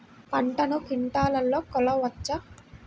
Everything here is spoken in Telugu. పంటను క్వింటాల్లలో కొలవచ్చా?